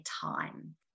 time